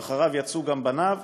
ואחריו יצאו גם בניו,